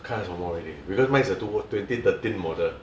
can't ask for more already because mine is a two o~ twenty thirteen model